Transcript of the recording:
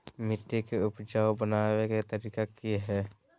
मिट्टी के उपजाऊ बनबे के तरिका की हेय?